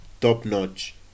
top-notch